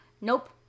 Nope